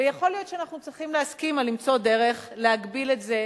ויכול להיות שאנחנו צריכים להסכים למצוא דרך להגביל את זה,